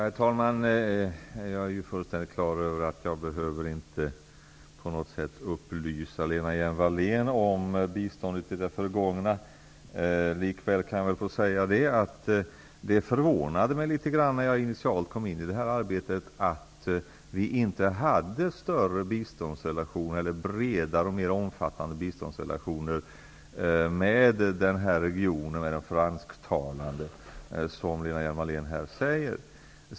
Herr talman! Jag är fullständigt klar över att jag inte på något sätt behöver upplysa Lena Hjelm Wallén om biståndet i det förgångna. Likväl kan jag väl få säga att det förvånade mig litet grand när jag initialt kom in i det här arbetet att Sverige inte hade bredare och mer omfattande biståndsrelationer med den fransktalande regionen i Afrika.